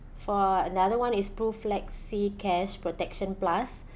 for another [one] is PRIflexicash protection plus